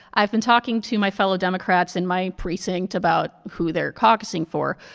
i've been talking to my fellow democrats in my precinct about who they're caucusing for.